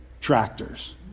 tractors